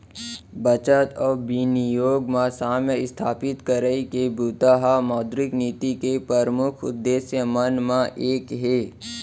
बचत अउ बिनियोग म साम्य इस्थापित करई के बूता ह मौद्रिक नीति के परमुख उद्देश्य मन म एक हे